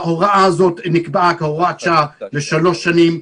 ההוראה הזאת נקבעה כהוראת שעה לשלוש שנים,